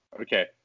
Okay